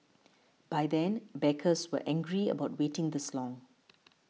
by then backers were angry about waiting this long